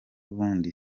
bundi